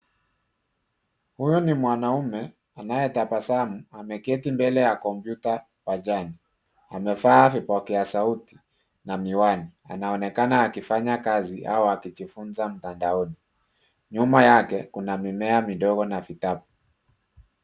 Huyu ni mwanaume anaye tabasamu ameketi mbele ya kompyuta bajani akiwa amevalia vipokea Sauti na miwani anaonekana akifanya kazi au akijifunza mtandaoni nyuma yake kuna mimea midogo na vitabu.